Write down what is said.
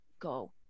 Go